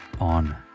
on